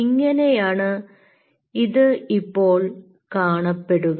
ഇങ്ങനെയാണ് ഇത് ഇപ്പോൾ കാണപ്പെടുക